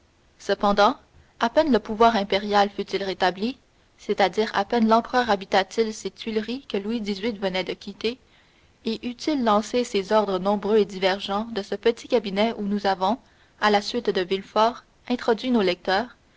cependant à peine le pouvoir impérial fut-il rétabli c'est-à-dire à peine l'empereur habita t il ces tuileries que louis xviii venait de quitter et eut-il lancé ses ordres nombreux et divergents de ce petit cabinet où nous avons à la suite de villefort introduit nos lecteurs